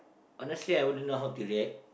honestly I wouldn't know how to react